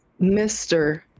mr